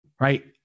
Right